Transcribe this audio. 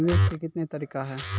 निवेश के कितने तरीका हैं?